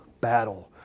battle